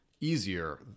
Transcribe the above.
easier